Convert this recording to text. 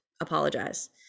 apologize